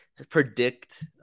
predict